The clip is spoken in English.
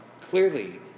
Clearly